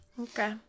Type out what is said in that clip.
Okay